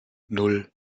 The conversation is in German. nan